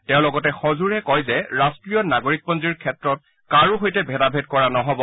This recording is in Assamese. তেওঁ লগতে সজোৰে কয় যে ৰাষ্টীয় নাগৰিকপঞ্জীৰ ক্ষেত্ৰত কাৰো সৈতে ভেদাভেদ কৰা নহ'ব